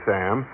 Sam